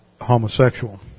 homosexual